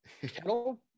kettle